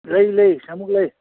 ꯂꯩ ꯂꯩ ꯁꯃꯨꯛ ꯂꯩ